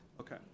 Okay